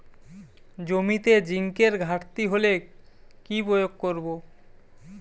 জমিতে জিঙ্কের ঘাটতি হলে কি প্রয়োগ করব?